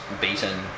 beaten